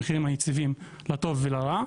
המחירים היציבים לטוב ולרע.